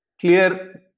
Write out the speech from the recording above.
clear